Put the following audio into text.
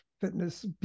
fitness